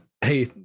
hey